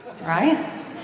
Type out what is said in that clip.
right